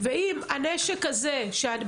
אם הנשק הזה מוסב,